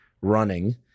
running